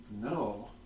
No